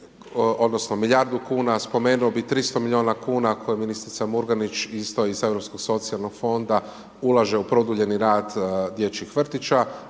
odnosno milijardu kuna, spomenuo bi 300 miliona kuna koje ministrica Murganić isto iz Europskog socijalnog fonda ulaže u produljeni rad dječjih vrtića,